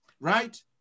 right